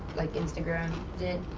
like instagram did.